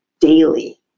daily